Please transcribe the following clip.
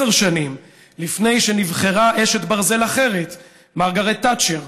עשר שנים לפני שנבחרה אשת ברזל אחרת, מרגרט תאצ'ר,